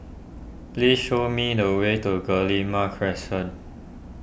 please show me the way to Guillemard Crescent